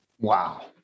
Wow